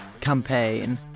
campaign